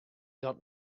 dat